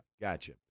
Gotcha